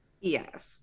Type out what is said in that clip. yes